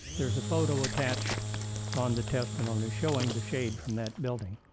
there's a photo attached on the testimony showing the shade from that building.